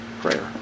prayer